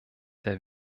der